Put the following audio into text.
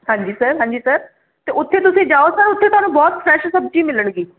ਹਾਂਜੀ ਸਰ ਹਾਂਜੀ ਸਰ ਤੇ ਉਥੇ ਤੁਸੀਂ ਜਾਓ ਸਰ ਉਥੇ ਤੁਹਾਨੂੰ ਬਹੁਤ ਸਪੈਸ਼ਲ ਸਬਜ਼ੀ ਮਿਲਣਗੀ